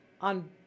on